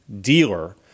dealer